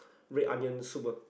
red onion soup ah